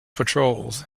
patrols